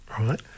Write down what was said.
Right